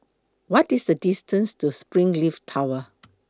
What IS The distance to Springleaf Tower